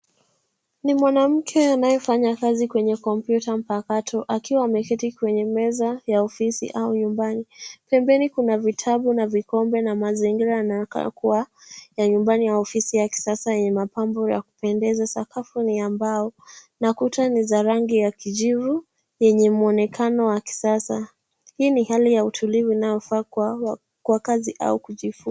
Ni mwanamke anayefanya kazi kwenye kompyuta mpakato akiwa ameketi kwenye meza ya ofisi au nyumbani. Pembeni kuna vitabu na vikombe na mazingira yanayokaa kuwa ya nyumbani au ofisi ya kisasa yenye mapambo ya kupendeza. Sakafu ni ya mbao na kuta ni za rangi ya kijivu yenye mwonekano wa kisasa. Hii ni hali ya utulivu unaofaa kuwa kwa kazi.